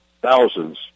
thousands